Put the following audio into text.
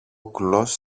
κουλός